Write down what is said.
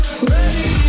Ready